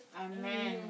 Amen